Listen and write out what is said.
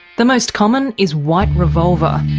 the most common is white revolver,